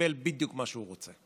וקיבל בדיוק מה שהוא רוצה,